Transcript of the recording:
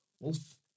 wolf